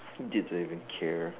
didn't even care